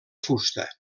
fusta